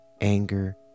anger